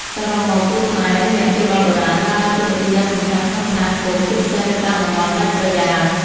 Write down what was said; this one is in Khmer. សរុបមក គ្រូខ្មែរ ឬអ្នកព្យាបាលបុរាណ បានដើរតួនាទីយ៉ាងសំខាន់ក្នុងសហគមន៍ ជាពិសេសនៅតាមតំបន់ដាច់ស្រយាល។